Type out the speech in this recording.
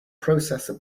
processor